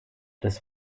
des